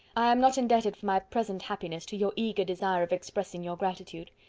not indebted for my present happiness to your eager desire of expressing your gratitude.